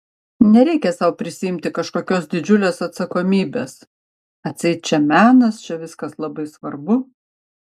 nereikia sau prisiimti kažkokios didžiulės atsakomybės atseit čia menas čia viskas labai svarbu